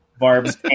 Barb's